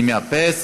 אני מאפס